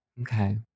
Okay